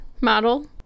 model